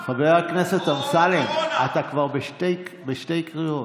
חבר הכנסת אמסלם, אתה כבר בשתי קריאות.